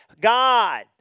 God